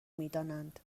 میدانند